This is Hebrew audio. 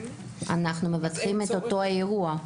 אנחנו מבטחים את אותו אירוע.